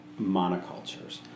monocultures